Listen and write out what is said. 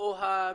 או הבדואי.